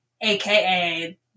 aka